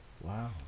Wow